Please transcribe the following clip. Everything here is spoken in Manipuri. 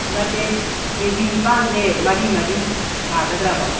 ꯅꯠꯇꯦ ꯀꯦ ꯖꯤ ꯅꯤꯄꯥꯟꯁꯦ ꯃꯔꯤ ꯃꯔꯤ ꯌꯥꯒꯗ꯭ꯔꯕ